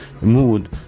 mood